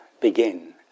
begin